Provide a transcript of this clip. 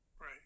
Right